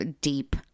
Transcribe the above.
deep